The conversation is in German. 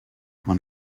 man